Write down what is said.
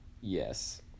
Yes